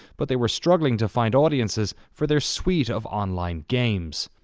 but they were struggling to find audiences for their suite of online games.